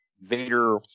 Vader